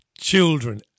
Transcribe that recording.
children